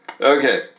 Okay